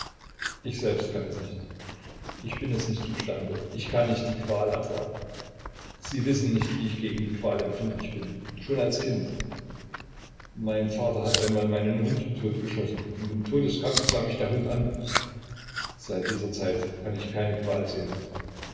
ich selbst kann es nicht ich bin es nicht im stande ich kann nicht die qual ertragen sie wissen nicht wie ich gegen die qual empfindlich bin schon als kind mein vater hat einmal meinen hund totgeschossen und im todeskampfe sah mich der hund an seit dieser zeit kann ich keine qual sehen